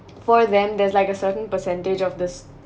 for them there's like a certain percentage of this